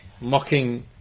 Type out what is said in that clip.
mocking